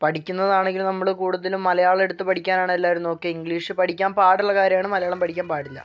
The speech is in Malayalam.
പഠിക്കുന്നതാണെങ്കിലും നമ്മള് കൂടുതലും മലയാളം എടുത്ത് പഠിക്കാനാണ് എല്ലാവരും നോക്കിയത് ഇംഗ്ലീഷ് പഠിക്കാൻ പാടുള്ള കാര്യമാണ് മലയാളം പഠിക്കാൻ പാടില്ല